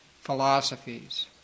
philosophies